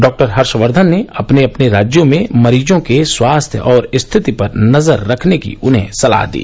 डॉ हर्षवर्धनने अपने अपने राज्यों में मरीजों के स्वास्थ्य और स्थिति पर नजर रखने की उन्हें सलाह दी